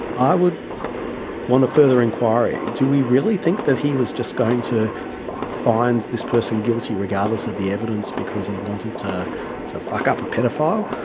i would want a further inquiry. do we really think that he was just going to find this person guilty regardless of the evidence because he wanted to to fuck up a paedophile,